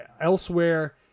elsewhere